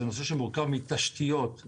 הוא מורכב מתשתיות,